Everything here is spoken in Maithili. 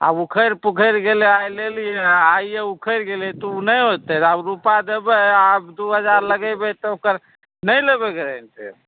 आ उखैर पुखैर गेलै आइ लेलियै आ आइये उखैर गेलै तऽ नहि होतै आब रुपा देबै आब दू हजार लगैबै तऽ ओकर नहि लेबै गेरैन्टी